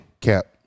Cap